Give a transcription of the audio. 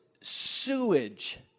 sewage